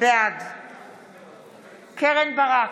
בעד קרן ברק,